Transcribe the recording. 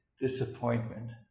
disappointment